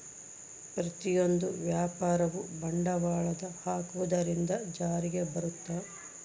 ಪ್ರತಿಯೊಂದು ವ್ಯವಹಾರವು ಬಂಡವಾಳದ ಹಾಕುವುದರಿಂದ ಜಾರಿಗೆ ಬರುತ್ತ